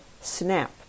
SNAP